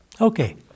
Okay